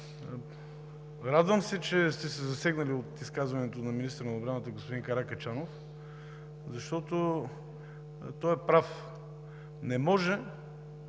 Радвам се, че сте се засегнали от изказването на министъра на отбраната господин Каракачанов, защото той е прав – не може,